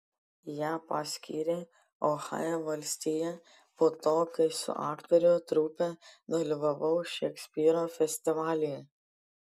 ją paskyrė ohajo valstija po to kai su aktorių trupe dalyvavau šekspyro festivalyje